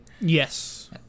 Yes